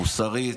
מוסרית,